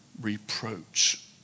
reproach